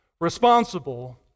responsible